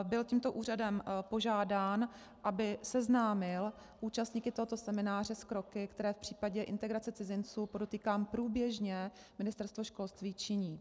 Byl tímto úřadem požádán, aby seznámil účastníky tohoto semináře s kroky, které v případě integrace cizinců, podotýkám průběžně, Ministerstvo školství činí.